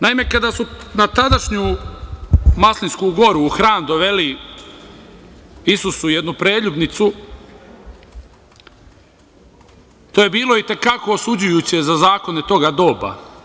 Naime, kada su na tadašnju Maslinsku goru u hram doveli Isusu jednu preljubnicu, to je bilo i te kako osuđujuće za zakone toga doba.